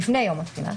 לפני יום התחילה,